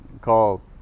call